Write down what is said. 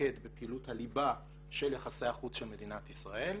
להתמקד בפעילות הליבה של יחסי החוץ של מדינת ישראל.